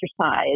exercise